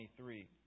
23